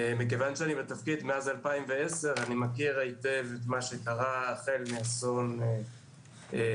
מכיוון שאני בתפקיד מ-2010 אני מכיר היטב את מה שקרה באסון הכרמל,